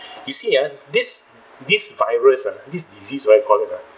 you see ah this this virus uh this disease what you call it uh